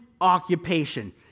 occupation